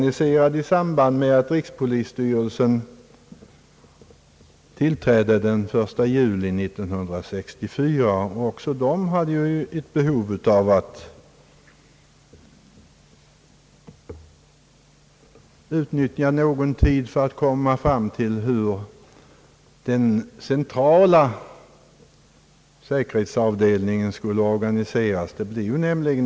I samband med att rikspolisstyrelsen tillträdde den 1 juli 1964 blev också säkerhetstjänstens organisation aktuell.